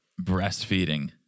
breastfeeding